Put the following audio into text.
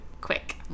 Quick